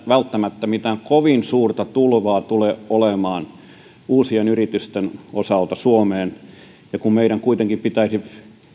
välttämättä mitään kovin suurta tulvaa tule olemaan uusien yritysten osalta suomeen ja kun meidän kuitenkin pitäisi